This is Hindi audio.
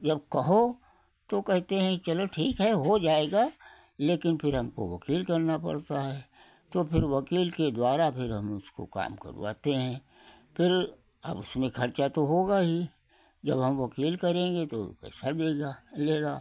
जब कहो तो कहते हैं कि चलो ठीक है हो जाएगा लेकिन फिर हमको वकील करना पड़ता है तो फिर वकील के द्वारा फिर हम उसको काम करवाते हैं फिर अब उसमें खर्चा तो होगा ही जब हम वकील करेंगे तो पैसा देगा लेगा